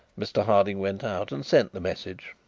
mr harding went out and sent the message,